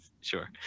sure